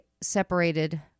separated